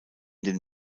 den